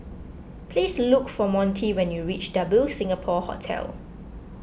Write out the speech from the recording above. please look for Montie when you reach Double Singapore Hotel